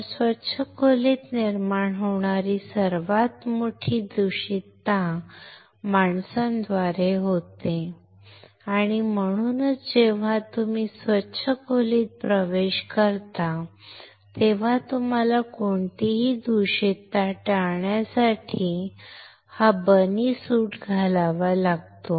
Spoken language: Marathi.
तर स्वच्छ खोलीत निर्माण होणारी सर्वात मोठी दूषितता माणसांद्वारे होते आणि म्हणूनच जेव्हा तुम्ही स्वच्छ खोलीत प्रवेश करता तेव्हा तुम्हाला कोणतीही दूषितता टाळण्यासाठी हा बनी सूट घालावा लागतो